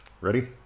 Ready